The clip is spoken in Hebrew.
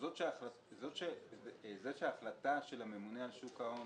העובדה שההחלטה של הממונה על שוק ההון